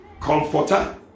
Comforter